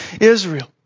Israel